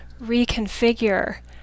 reconfigure